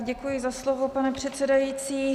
Děkuji za slovo, pane předsedající.